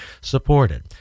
supported